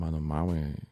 mano mamai